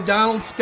Donald